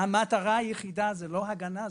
המטרה היחידה היא לא הגנה,